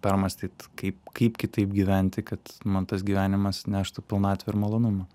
permąstyt kaip kaip kitaip gyventi kad man tas gyvenimas neštų pilnatvę ir malonumą